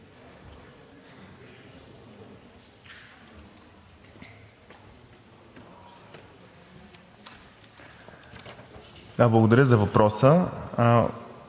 благодаря за въпроса.